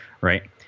right